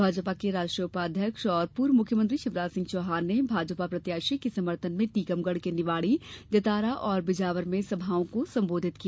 भाजपा के राष्ट्रीय उपाध्यक्ष एवं पूर्व मुख्यमंत्री शिवराज सिंह चौहान ने भाजपा प्रत्याशी के समर्थन में टीकमगढ़ के निवाड़ी जतारा और बिजावर में सभाओं को संबोधित किया